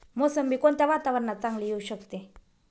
मोसंबी कोणत्या वातावरणात चांगली येऊ शकते?